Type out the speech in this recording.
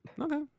Okay